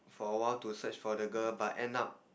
for awhile to search for the girl but end up